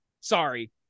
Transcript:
Sorry